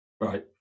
Right